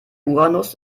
uranus